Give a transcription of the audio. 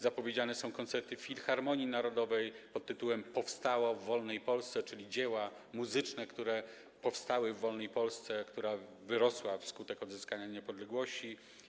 Zapowiedziane są koncerty w Filharmonii Narodowej pt. „Powstało w wolnej Polsce”, czyli chodzi o dzieła muzyczne, które powstały w wolnej Polsce, jaka wyrosła wskutek odzyskania niepodległości.